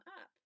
up